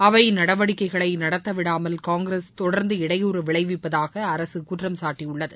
அவை நடவடிக்கைகளை நடத்த விடாமல் காங்கிரஸ் தொடர்ந்து இடையூறு விளைவிப்பதாக அரசு குற்றம் சாட்டியுள்ளது